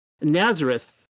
Nazareth